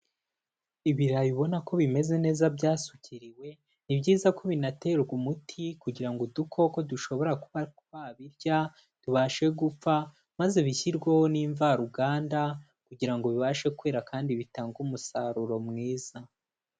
Ibirayi ubona ko bimeze neza byasukiriwe, ni byiza ko binaterwa umuti kugira ngo udukoko dushobora kuba twabirya tubashe gupfa maze bishyirweho n'imvaruganda kugira ngo bibashe kwera kandi bitange umusaruro mwiza.